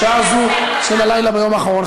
בשעה זו של הלילה ביום האחרון.